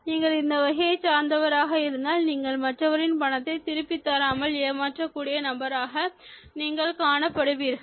நீங்கள் இந்த வகையை சார்ந்தவராக இருந்தால் நீங்கள் மற்றவரின் பணத்தை திருப்பி தராமல் ஏமாற்றக் கூடிய நபராக நீங்கள் காணப்படுவீர்கள்